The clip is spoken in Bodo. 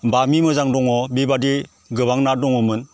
बामि मोजां दङ बेबायदि गोबां ना दङमोन